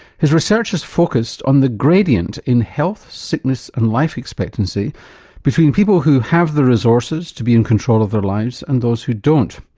his research has focused on the gradient in health, sickness and life expectancy between people who have the resources to be in control of their lives and those who don't.